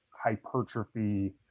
hypertrophy